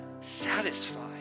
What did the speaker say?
satisfy